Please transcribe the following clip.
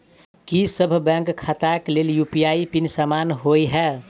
की सभ बैंक खाता केँ लेल यु.पी.आई पिन समान होइ है?